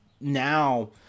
now